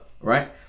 right